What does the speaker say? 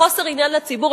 חוסר עניין לציבור,